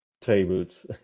tables